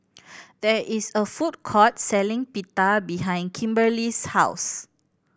there is a food court selling Pita behind Kimberley's house